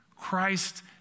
Christ